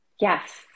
Yes